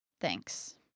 Thanks